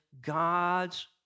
God's